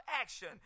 action